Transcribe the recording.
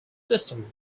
system